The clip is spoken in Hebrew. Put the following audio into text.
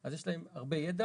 אז יש להם הרבה ידע.